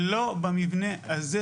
לא במבנה הזה,